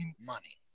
money